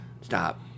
Stop